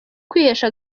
kwihesha